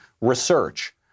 Research